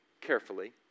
carefully